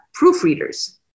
proofreaders